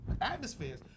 atmospheres